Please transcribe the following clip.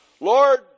Lord